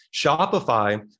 shopify